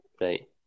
right